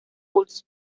pulso